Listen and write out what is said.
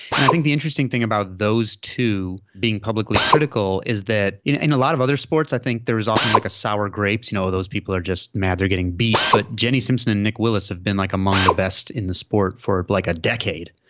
and i think the interesting thing about those two being publicly critical is that you know in a lot of other sports i think there is often like a sour grapes you know those people are just mad they're getting beat. but jenny simpson and nick willis have been like among the best in the sport for like a decade.